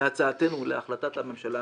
בהצעתנו ולהחלטת הממשלה